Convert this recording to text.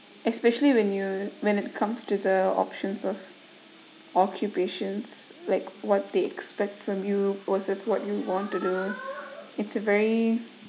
especially when you when it comes to the options of occupations like what they expect from you versus what you want to do it's a very